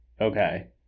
Okay